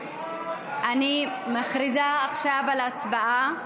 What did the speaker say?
אני מכריזה עכשיו על הצבעה.